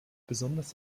besonders